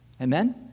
Amen